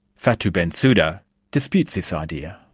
fatou bensouda disputes this idea.